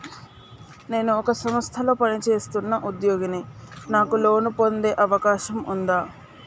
నేను ఒక సంస్థలో పనిచేస్తున్న ఉద్యోగిని నాకు లోను పొందే అవకాశం ఉందా?